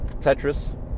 Tetris